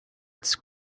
its